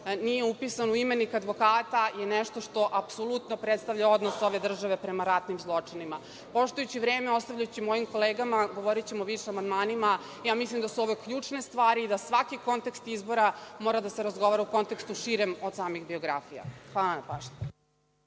nije upisan u imenik advokata, to je nešto što apsolutno predstavlja odnos ove države prema ratnim zločinima. Poštujući vreme, ostavljajući vreme mojim kolegama, govorićemo više o amandmanima, ja mislim da su ovo ključne stvari i da svaki kontekst izbora mora da se razgovora u kontekstu širem od samih biografija. Hvala na pažnji.